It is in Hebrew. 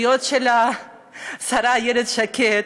הוא היועץ של השרה איילת שקד,